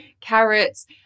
carrots